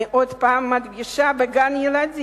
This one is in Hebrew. אני עוד הפעם מדגישה, בגן-ילדים,